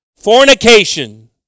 fornication